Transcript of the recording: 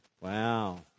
Wow